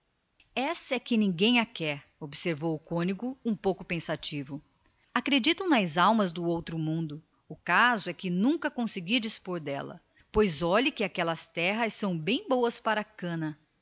essa é que ninguém a quer observou o cônego e ferrou o olhar num ponto deixando perceber que alguma triste reminiscência o dominava acreditam nas almas doutro mundo prosseguiu manuel o caso é que nunca mais consegui dar-lhe destino pois olhe seu compadre aquelas terras são bem boas para a cana